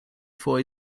for